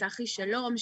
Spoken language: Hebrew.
צחי שלום,